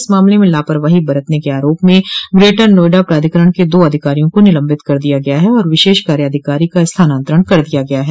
इस मामले में लापरवाही बरतने के आरोप में ग्रेटर नोएडा प्राधिकरण के दो अधिकारियों को निलम्बित कर दिया गया है और विषेश कार्याधिकारी का स्थानान्तरण कर दिया गया है